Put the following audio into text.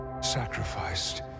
sacrificed